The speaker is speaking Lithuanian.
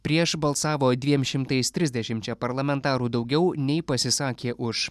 prieš balsavo dviem šimtais trisdešimčia parlamentarų daugiau nei pasisakė už